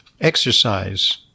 exercise